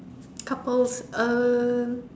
couples uh